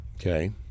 okay